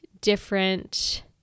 different